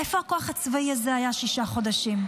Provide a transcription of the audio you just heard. איפה הכוח הצבאי הזה היה שישה חודשים?